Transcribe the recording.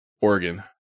Oregon